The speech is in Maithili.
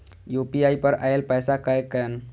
यू.पी.आई पर आएल पैसा कै कैन?